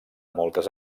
moltes